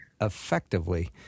effectively